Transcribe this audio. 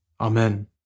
Amen